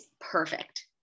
perfect